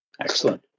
Excellent